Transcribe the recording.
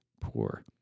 poor